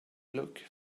look